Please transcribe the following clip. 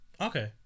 Okay